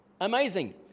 Amazing